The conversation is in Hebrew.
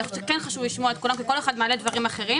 אני חושבת שחשוב לשמוע את כולם כי כל אחד מעלה דברים אחרים,